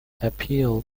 appealed